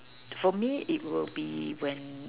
for me it will be when